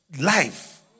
life